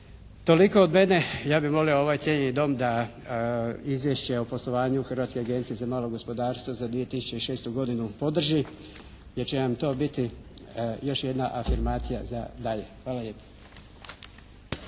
Toliko od mene. Ja bih molio ovaj cijenjeni Dom da izvješće o poslovanju Hrvatske agencije za malo gospodarstvo za 2006. godinu podrži jer će nam to biti još jedna afirmacija za dalje. Hvala lijepo.